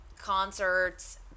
concerts